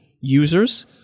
users